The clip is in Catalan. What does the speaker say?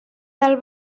del